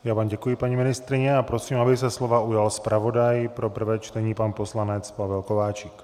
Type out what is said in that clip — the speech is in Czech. Já vám děkuji, paní ministryně, a prosím, aby se slova zpravodaj pro prvé čtení pan poslanec Pavel Kováčik.